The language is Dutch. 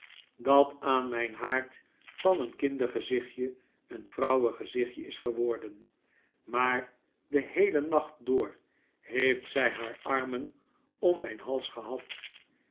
dat aan mijn haard van een kindergezichtje een vrouwengezichtje is geworden maar den heelen nacht door heeft zij haar armen om mijn hals gehad